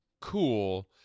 cool